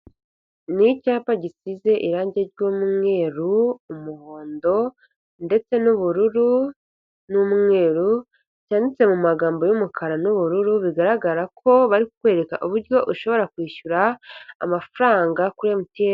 Ni icyapa gisize irangi ry'umweru, umuhondo ndetse n'ubururu n'umweru, byanditse mu magambo y'umukara n'ubururu, bigaragara ko barikukwereka uburyo ushobora kwishyura, amafaranga kuri MTN.